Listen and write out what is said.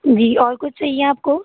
जी और कुछ चाहिए आपको